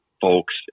folks